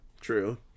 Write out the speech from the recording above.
True